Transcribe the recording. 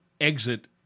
exit